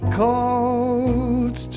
calls